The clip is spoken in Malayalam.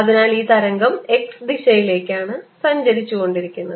അതിനാൽ ഈ തരംഗം x ദിശയിലേക്കാണ് സഞ്ചരിച്ചുകൊണ്ടിരിക്കുന്നത്